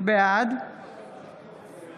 בעד דסטה